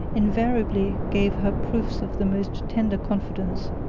invariably gave her proofs of the most tender confidence,